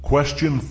Question